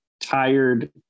tired